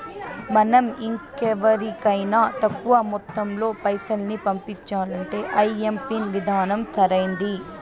మనం ఇంకెవరికైనా తక్కువ మొత్తంలో పైసల్ని పంపించాలంటే ఐఎంపిన్ విధానం సరైంది